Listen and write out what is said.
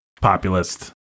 populist